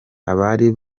abari